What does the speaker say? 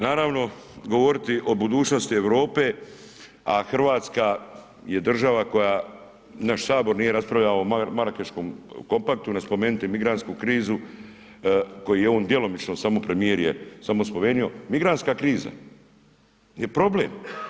Naravno govoriti o budućnosti Europe, a Hrvatska je država koja naš Sabor o Marakeškom kompaktu, ne spomenuti migrantsku krizu koji je on djelomično samo premijer je samo spomenuo, migrantska kriza je problem.